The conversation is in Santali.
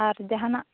ᱟᱨ ᱡᱟᱦᱟᱸᱱᱟᱜ